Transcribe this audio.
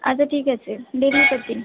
আচ্ছা ঠিক আছে দেড় লিটার দিন